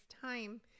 time